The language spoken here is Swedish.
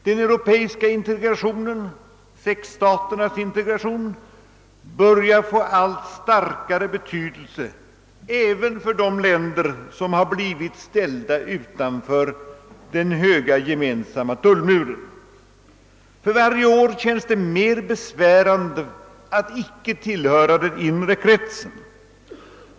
Den europeiska integrationen, sexstaternas integration, börjar få allt större betydelse även för de länder som blivit ställda utanför den höga gemensamma tullmuren. För varje år känns det allt mera besvärande att inte tillhöra den inre kretsen.